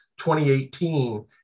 2018